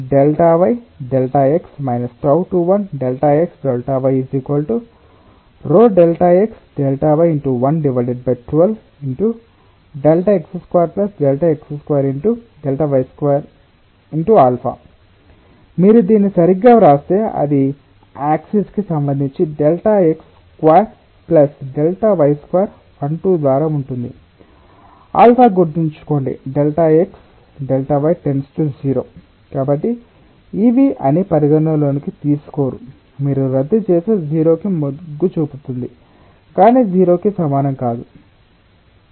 τ12 ΔyΔx −τ 21 ΔxΔy ρΔxΔy ×1Δx2 Δy2 α 12 మీరు దీన్ని సరిగ్గా వ్రాస్తే అది ఈ ఆక్సిస్ కి సంబంధించి delta x square plus delta y square 12 ద్వారా ఉంటుంది ఆల్ఫా గుర్తుంచుకోండి ΔxΔy → 0 కాబట్టి ఇవి అని పరిగణనలోకి తీసుకొని మీరు రద్దు చేస్తే 0 కి మొగ్గు చూపుతుంది కానీ 0 కి సమానం కాదు